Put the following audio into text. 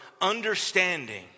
understanding